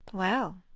well,